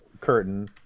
curtain